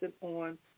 on